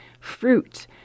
fruit